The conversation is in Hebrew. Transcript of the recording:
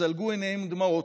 זלגו עיניהם דמעות,